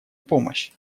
помощь